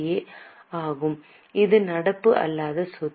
ஏஆகும் இது நடப்பு அல்லாத சொத்து